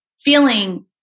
feeling